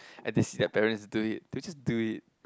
and they see their parents doing it they just do it